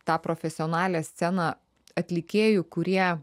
tą profesionalią sceną atlikėjų kurie